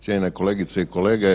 Cijenjene kolegice i kolege.